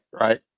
right